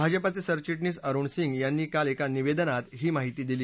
भाजपाचे सरचिटणीस अरुण सिंग यांनी काल एका निवेदनात ही माहिती दिली